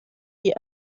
die